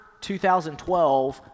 2012